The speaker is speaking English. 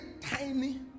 tiny